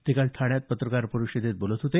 ते काल ठाण्यात पत्रकार परिषदेत बोलत होते